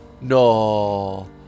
No